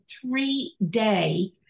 three-day